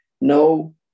no